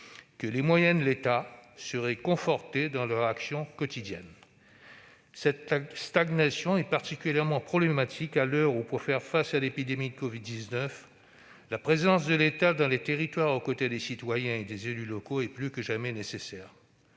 que « les moyens de l'État [seraient] confortés dans leur action quotidienne ». Cette stagnation est particulièrement problématique à l'heure où, pour faire face à l'épidémie de covid-19, la présence de l'État dans les territoires aux côtés des citoyens et des élus locaux est plus que jamais nécessaire.